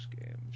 games